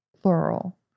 plural